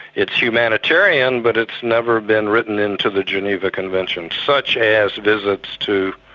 it's humanitarian but it's never been written into the geneva conventions. such as visits to